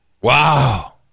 Wow